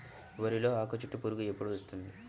వరిలో ఆకుచుట్టు పురుగు ఎప్పుడు వస్తుంది?